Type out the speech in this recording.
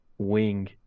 wing